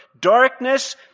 darkness